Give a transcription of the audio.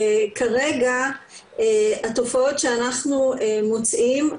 כרגע התופעות שאנחנו מוצאים,